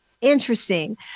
Interesting